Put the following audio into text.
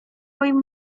moim